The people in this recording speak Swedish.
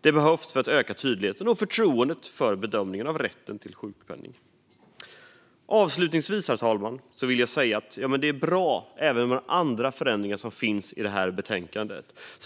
Det behövs för att öka tydligheten och förtroendet för bedömningen av rätten till sjukpenning. Herr talman! Avslutningsvis vill jag säga att även de andra förändringarna som föreslås i betänkandet är bra.